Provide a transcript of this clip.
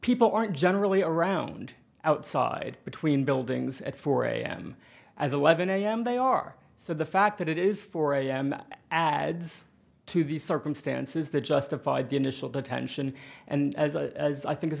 people aren't generally around outside between buildings at four am as eleven am they are so the fact that it is four am adds to the circumstances that justified the initial detention and i think it's